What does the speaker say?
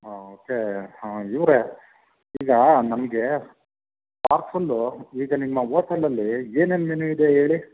ಹಾಂ ಓಕೆ ಹಾಂ ಇವರೇ ಈಗ ನಮಗೆ ಪಾರ್ಸಲ್ಲೂ ಈಗ ನಿಮ್ಮ ಹೋಟೆಲಲ್ಲಿ ಏನೇನು ಮೆನ್ಯು ಇದೆ ಹೇಳಿ